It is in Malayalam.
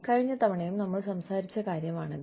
കഴിഞ്ഞ തവണയും നമ്മൾ സംസാരിച്ച കാര്യമാണിത്